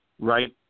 right